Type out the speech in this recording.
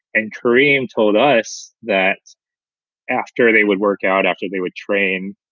and kareem told us that after they would work out, after they would train,